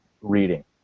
reading